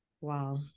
Wow